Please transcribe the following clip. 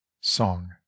song